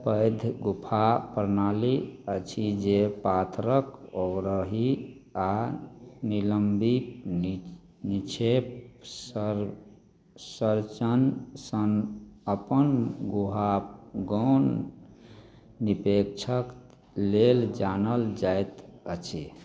पैघ गुफा प्रणाली अछि जे पाथरक अवरोही आ निलम्बी नि निछेप सर सरचन सन अपन गुहा गौण निपेक्षक लेल जानल जाइत अछि